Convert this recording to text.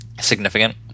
significant